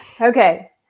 Okay